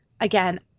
again